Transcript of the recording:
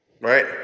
Right